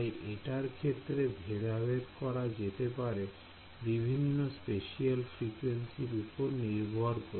তাই এটার ক্ষেত্রে ভেদাভেদ করা যেতে পারে বিভিন্ন স্পেশিয়াল ফ্রিকুয়েন্সির উপর নির্ভর করে